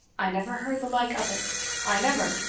i never heard the like of it i never,